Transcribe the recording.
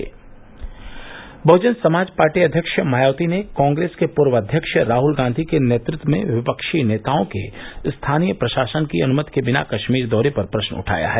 अंक बह्जन समाज पार्टी अध्यक्ष मायावती ने कांग्रेस के पूर्व अध्यक्ष राहुल गांधी के नेतृत्व में विपक्षी नेताओं के स्थानीय प्रशासन की अनुमति के बिना कश्मीर दौरे पर प्रश्न उठाया है